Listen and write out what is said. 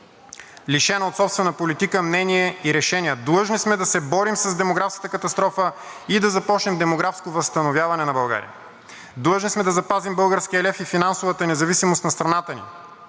лишена от собствена политика, мнение и решения. Длъжни сме да се борим с демографската катастрофа и да започнем демографско възстановяване на България. Длъжни сме да запазим българския лев и финансовата независимост на страната ни.